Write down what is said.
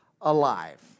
alive